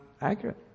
accurate